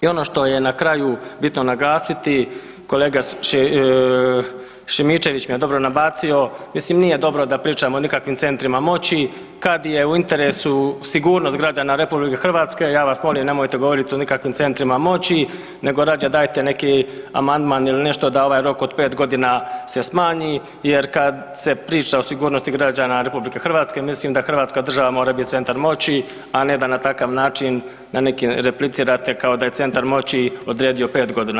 I ono što je na kraju bitno naglasiti, kolega Šimičević mi je dobro nabacio, mislim nije dobro da pričamo o nikakvim centrima moći kada je u interesu sigurnost građana RH ja vas molim nemojte govoriti o nikakvim centrima moći nego rađe dajte neki amandman da ovaj rok od pet godina se smanji jer kad se priča o sigurnosti građana RH mislim da Hrvatska država mora biti centar moći, a ne da na takav način da neki replicirate kao da je centar moći odredio pet godina.